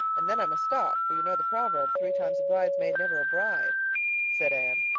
and then i must stop, for you know the proverb three times a bridesmaid, never a bride said anne,